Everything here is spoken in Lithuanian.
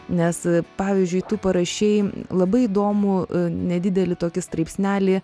nes pavyzdžiui tu parašei labai įdomų nedidelį tokį straipsnelį